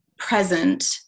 present